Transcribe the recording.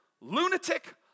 lunatic